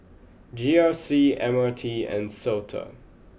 G R C M R T and Sota